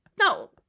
No